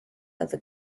other